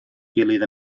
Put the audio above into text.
gilydd